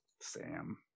Sam